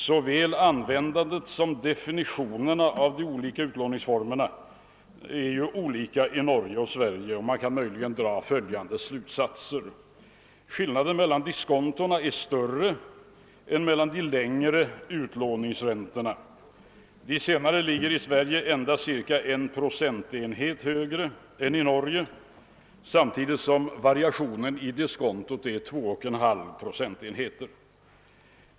Såväl användandet som definitionerna av de olika utlåningsformerna torde vara olika i Norge och Sverige. Möjligen kan man dra följande två slutsatser: 1. Skillnaden mellan diskonto är större än mellan de längre utlåningsräntorna. De senare ligger i Sverige endast ca en procentenhet högre än i Norge, samtidigt som variationen i diskontot är 2!/> procentenhet. 2.